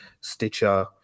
stitcher